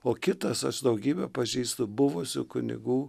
o kitas aš daugybę pažįstu buvusių kunigų